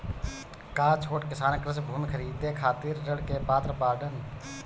का छोट किसान कृषि भूमि खरीदे खातिर ऋण के पात्र बाडन?